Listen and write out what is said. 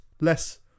less